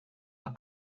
are